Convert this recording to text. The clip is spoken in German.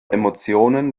emotionen